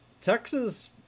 Texas